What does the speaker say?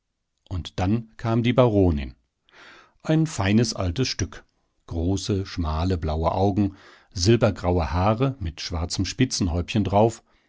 und dann kam die baronin ein feines altes stück große schmale blaue augen silbergraue haare mit schwarzem spitzenhäubchen drauf